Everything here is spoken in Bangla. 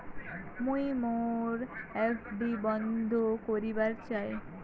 মুই মোর এফ.ডি বন্ধ করিবার চাই